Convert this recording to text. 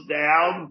down